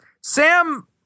Sam